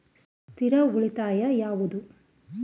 ಸ್ಥಿರ ಉಳಿತಾಯ ಯಾವುದು?